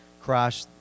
crash